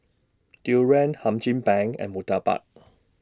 Durian Hum Chim Peng and Murtabak